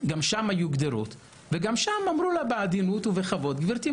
גם שם היו גדרות וגם שם אמרו לה בעדינות ובכבוד: גברתי,